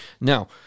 Now